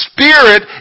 Spirit